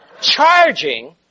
Charging